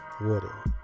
Water